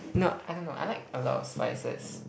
no I don't know I like a lot of spices